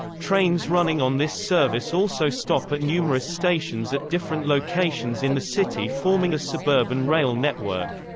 trains running on this service also stop at numerous stations at different locations in the city forming a suburban rail network.